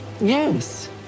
Yes